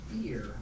fear